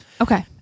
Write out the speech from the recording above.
Okay